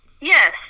yes